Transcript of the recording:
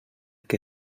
que